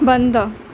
बंद